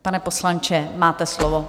Pane poslanče, máte slovo.